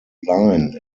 line